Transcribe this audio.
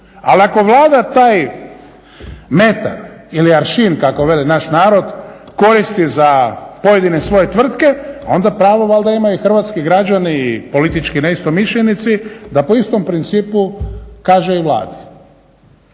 Ali ako Vlada taj metar ili aršin kako veli naš narod, koristi za pojedine svoje tvrtke onda pravo valjda imaju i hrvatski građani i politički neistomišljenici da po istom principu kaže i Vladi.